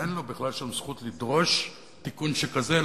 אין לו בכלל שום זכות לדרוש תיקון שכזה,